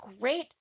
great